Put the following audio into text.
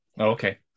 Okay